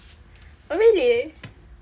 oh really